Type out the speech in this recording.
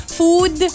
food